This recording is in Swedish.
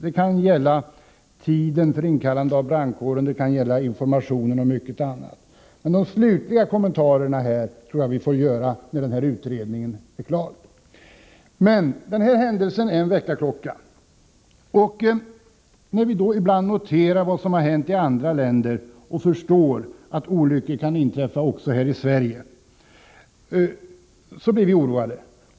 Det kan gälla tiden för inkallande av brandkåren. Det kan gälla informationen och mycket annat. De slutliga kommentarerna tror jag vi får göra först när utredningen är klar. Denna händelse är emellertid en väckarklocka. När vi ibland noterar vad som händer i andra länder och förstår att olyckor kan inträffa också här i Sverige blir vi oroade.